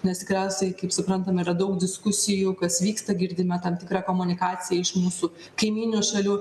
nes tikriausiai kaip suprantame yra daug diskusijų kas vyksta girdime tam tikrą komunikaciją iš mūsų kaimynių šalių